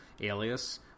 Alias